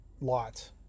lot